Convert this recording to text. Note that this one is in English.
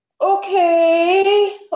Okay